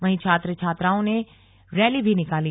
वहीं छात्र छात्राओं ने रैली भी निकाली